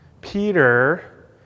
Peter